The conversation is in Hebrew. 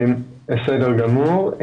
בסדר גמור.